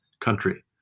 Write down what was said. country